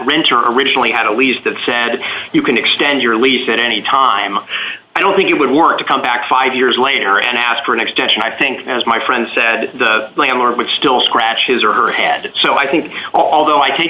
renter originally had to leave that said you can extend your lease at any time i don't think you would want to come back five years later and ask for an extension i think as my friend said the landlord would still scratches or her head so i think although i t